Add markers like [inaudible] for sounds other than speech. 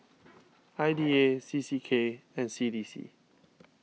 [noise] I D A C C K and C D C